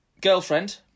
girlfriend